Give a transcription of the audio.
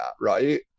right